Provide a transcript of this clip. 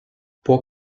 può